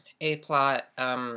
A-plot